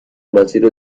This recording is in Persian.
مسیر